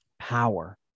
power